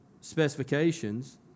specifications